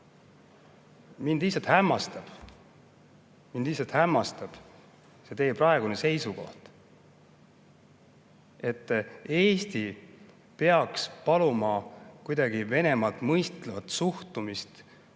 mind lihtsalt hämmastab teie praegune seisukoht, et Eesti peaks paluma kuidagi Venemaa mõistvat suhtumist,